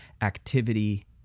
activity